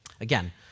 Again